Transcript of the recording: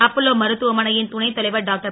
Apollo மருத்துவமனையின் துணை த் தலைவர் டாக்டர்